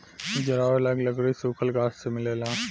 जरावे लायक लकड़ी सुखल गाछ से मिलेला